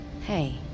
Hey